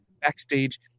backstage